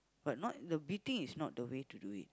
but not the beating is not the way to do it